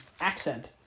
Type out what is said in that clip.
accent